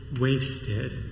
wasted